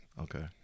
Okay